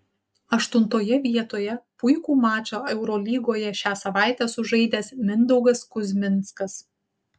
aštuntoje vietoje puikų mačą eurolygoje šią savaitę sužaidęs mindaugas kuzminskas